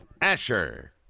Asher